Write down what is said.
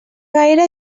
gaire